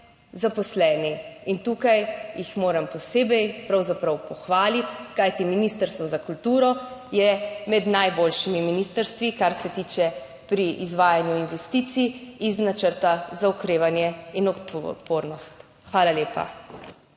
zaposleni, in tukaj jih moram posebej pravzaprav pohvaliti, kajti Ministrstvo za kulturo je med najboljšimi ministrstvi, kar se tiče pri izvajanju investicij iz načrta za okrevanje in odpornost. Hvala lepa.